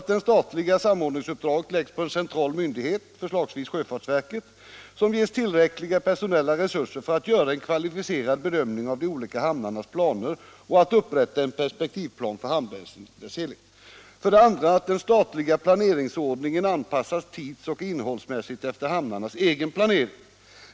Det statliga samordningsuppdraget läggs på central myndighet, lämpligen Sjöfartsverket, som ges tillräckliga personella resurser för att göra en kvalificerad bedömning av de olika hamnarnas planer och att upprätta en perspektivplan för hamnväsendet i dess helhet. 2. Den statliga planeringsordningen anpassas tids och innehållsmässigt efter hamnarnas egen planering.